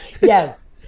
Yes